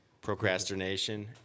procrastination